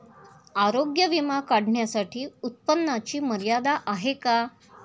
आरोग्य विमा काढण्यासाठी उत्पन्नाची मर्यादा आहे का?